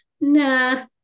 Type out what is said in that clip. nah